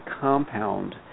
compound